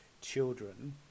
children